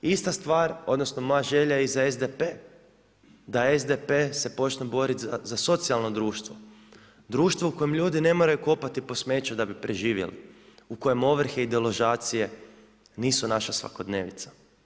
Ista stvar odnosno moja želja je i za SDP-e, da SDP-e se počne boriti za socijalno društvo, društvo u kojem ljudi ne moraju kopati po smeću da bi preživjeli, u kojem ovrhe i deložacije nisu naša svakodnevnica.